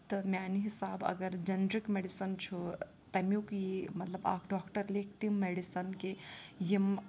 تہٕ میٛانہِ حِساب اگر جنرِک میٚڈِسَن چھُ تَمیُک یی مطلب اَکھ ڈاکٹر لیٚکھِ تِم میٚڈِسَن کہِ یِم